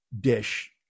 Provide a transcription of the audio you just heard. dish